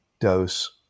dose